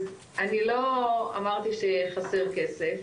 אני לא אמרתי שחסר כסף,